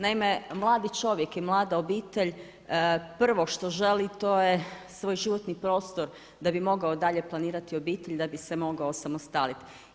Naime, mladi čovjek i mlada obitelj prvo što želi a to je svoj životni prostor da bi mogao dalje planirati obitelj, da bi se mogao osamostaliti.